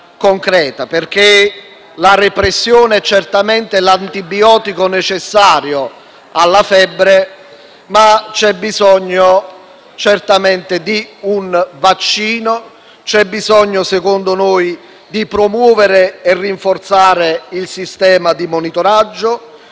perché la repressione è certamente l'antibiotico necessario alla febbre, ma c'è bisogno di un vaccino, ovvero di promuovere e rinforzare il sistema di monitoraggio,